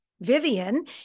Vivian